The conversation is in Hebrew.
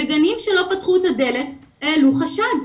גנים שלא פתחו את הדלת, העלו חשד.